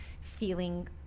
feeling